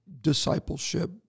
discipleship